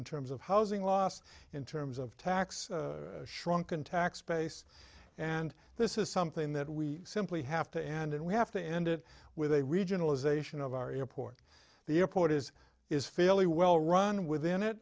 in terms of housing loss in terms of tax shrunken tax base and this is something that we simply have to end and we have to end it with a regionalization of our airport the airport is is fairly well run within it